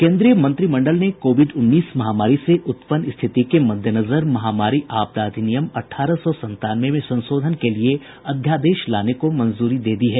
केंद्रीय मंत्रिमंडल ने कोविड उन्नीस महामारी से उत्पन्न स्थिति के मद्देनजर महामारी आपदा अधिनियम अठारह सौ संतानवें में संशोधन के लिए अध्यादेश लाने को मंजूरी दे दी है